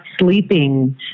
sleeping